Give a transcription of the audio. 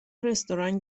رستوران